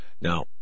Now